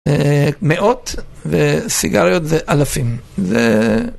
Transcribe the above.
מאות וסיגריות זה אלפים.